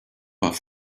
off